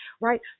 Right